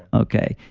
okay.